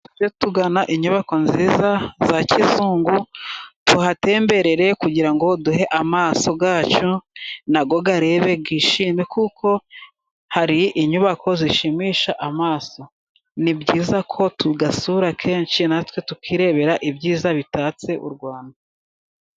Tujye tugana inyubako nziza za kizungu tuhatemberere, kugira ngo duhe amaso yacu nayo arebe yishime, kuko hari inyubako zishimisha amaso. Ni byiza ko tuyasura kenshi natwe tukirebera ibyiza bitatse U rwanda.